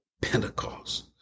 Pentecost